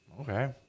Okay